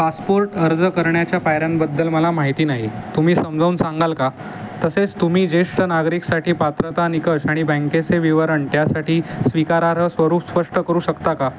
passport अर्ज करण्याच्या पायऱ्यांबद्दल मला माहिती नाही तुम्ही समजावून सांगाल का तसेच तुम्ही ज्येष्ठ नागरिकसाठी पात्रता निकष आणि बँकेचे विवरण त्यासाठी स्वीकारार्ह स्वरूप स्पष्ट करू शकता का